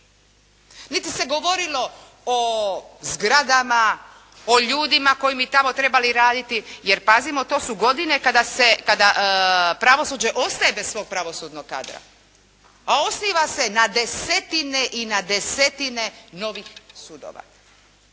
Niti se govorilo o zgradama, o ljudima koji bi trebali tamo raditi. Jer pazimo, to su godine kada se, kada pravosuđe ostaje bez svog pravosudnog kadra, a osniva se na desetine i na desetine novih sudova.